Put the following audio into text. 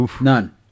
None